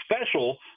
special